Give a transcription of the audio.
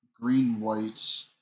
green-white